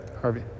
Harvey